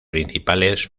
principales